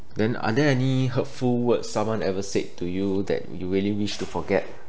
then are there any hurtful words someone ever said to you that you really wish to forget